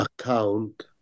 account